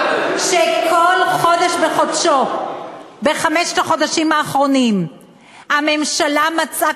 שכל חודש בחודשו בחמשת החודשים האחרונים הממשלה מצאה